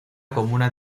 comuna